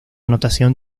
notación